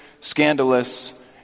scandalous